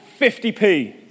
50p